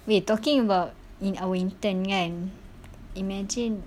wait talking about in~ our intern kan imagine